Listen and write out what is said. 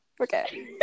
okay